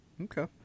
Okay